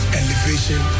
elevation